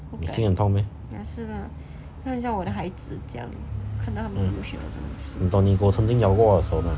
你心很痛 meh 你懂你狗曾经咬过我手 mah